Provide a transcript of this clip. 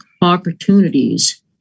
opportunities